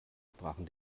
sprachen